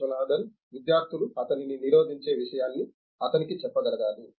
విశ్వనాథన్ విద్యార్థులు అతనిని నిరోధించే విషయాన్ని అతనికి చెప్పగలగాలి